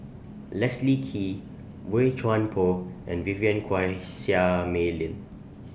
Leslie Kee Boey Chuan Poh and Vivien Quahe Seah Mei Lin